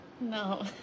No